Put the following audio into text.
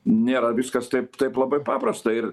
nėra viskas taip taip labai paprasta ir